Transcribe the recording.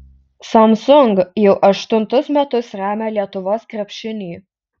samsung jau aštuntus metus remia lietuvos krepšinį